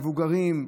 מבוגרים,